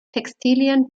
textilien